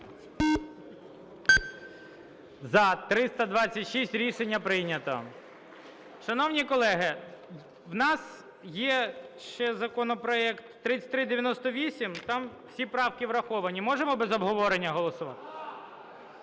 За-326 Рішення прийнято. Шановні колеги, в нас є ще законопроект 3398, там всі правки враховані. Можемо без обговорення голосувати?